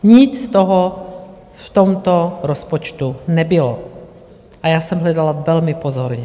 Nic z toho v tomto rozpočtu nebylo a já jsem hledala velmi pozorně.